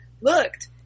looked